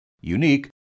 unique